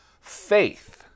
Faith